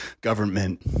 government